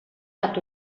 bat